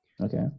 Okay